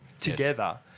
together